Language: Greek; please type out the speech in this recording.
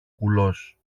κουλός